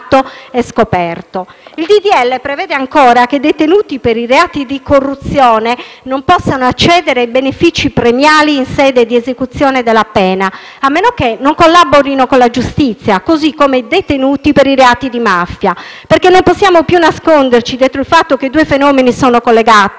legge prevede ancora che i detenuti per i reati di corruzione non possano accedere ai benefici premiali in sede di esecuzione della pena, a meno che non collaborino con la giustizia, così come i detenuti per i reati di mafia. Non possiamo infatti più nasconderci il fatto che i due fenomeni sono collegati: la mafia ora si occupa